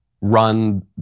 run